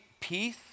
peace